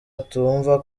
atumva